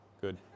Good